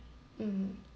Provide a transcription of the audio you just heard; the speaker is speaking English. mm